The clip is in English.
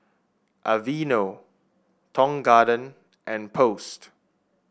Aveeno Tong Garden and Post